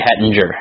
Hettinger